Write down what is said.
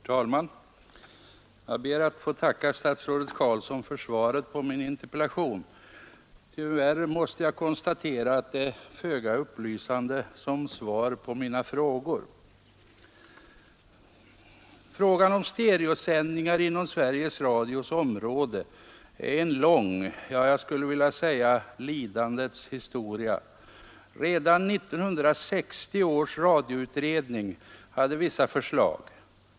Herr talman! Jag ber att få tacka statsrådet Carlsson för svaret på min interpellation. Tyvärr måste jag konstatera att det är föga upplysande som svar på mina frågor. Frågan om stereosändningar inom Sveriges Radios område är en lång, jag skulle vilja säga lidandes historia. Redan 1960 års radioutredning framlade vissa förslag.